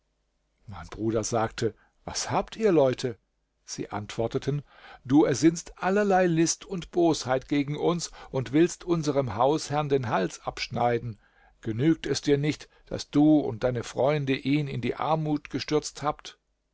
mein bruder sagte was habt ihr leute sie antworteten du ersinnst allerlei list und bosheit gegen uns und willst unserem hausherrn den hals abschneiden genügt es dir nicht daß du und deine freunde ihn in die armut gestürzt habt